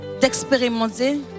d'expérimenter